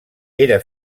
era